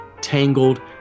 Tangled